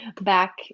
back